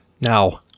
Now